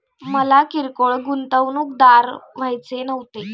मला किरकोळ गुंतवणूकदार व्हायचे नव्हते